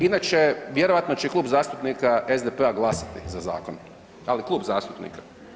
Inače, vjerojatno će Klub zastupnika SDP-a glasati za zakon, ali klub zastupnika